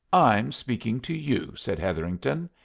i'm speaking to you, said hetherington.